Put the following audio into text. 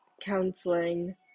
counseling